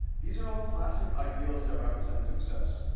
these are all classic ideals that represent success,